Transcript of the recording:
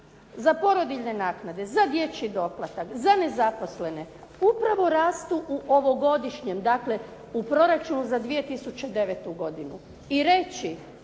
za porodiljne naknade, za dječji doplatak, za nezaposlene upravo rastu u ovogodišnjem dakle u proračunu za 2009. godinu